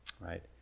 right